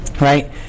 Right